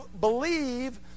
believe